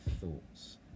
thoughts